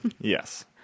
yes